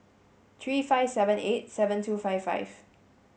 three five seven eight seven two five five